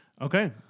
Okay